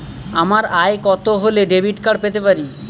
আমার আয় কত হলে ডেবিট কার্ড পেতে পারি?